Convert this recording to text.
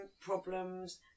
problems